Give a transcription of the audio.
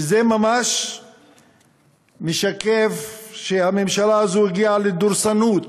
שזה ממש משקף את זה שהממשלה הזו הגיעה לדורסנות.